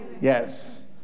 Yes